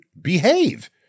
behave